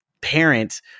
parent